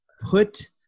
Put